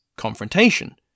confrontation